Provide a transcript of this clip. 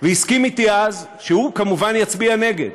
והסכים אתי אז שהוא כמובן יצביע נגד,